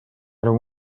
don’t